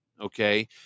Okay